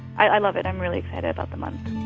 i love it. i'm really excited about the month